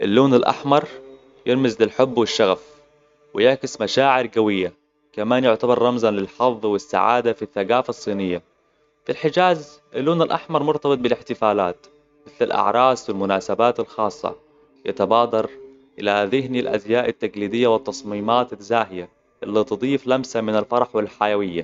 اللون الأحمر يرمز للحب والشغف ويعكس مشاعر قوية كمان يعتبر رمزاً للحظ والسعادة في الثقافة الصينية في الحجاز اللون الأحمر مرتبط بالإحتفالات مثل الأعراس و المناسبات الخاصة يتبادر إلى ذهن الأزياء التقليدية والتصميمات الزاهية اللي تضيف لمسة من الفرح والحيوية